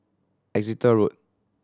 Exeter Road